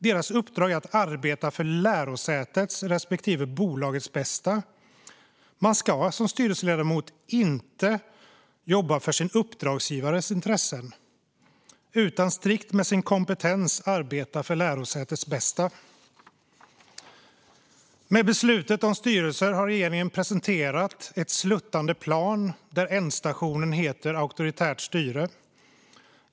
Deras uppdrag är att arbeta för lärosätets respektive bolagets bästa. Man ska som styrelseledamot inte jobba för sin uppdragsgivares intressen utan strikt med sin kompetens arbeta för lärosätets bästa. Med beslutet om styrelser har regeringen presenterat ett sluttande plan där ändstationen heter auktoritärt styre.